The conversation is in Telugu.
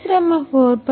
పరిశ్రమ 4